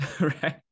right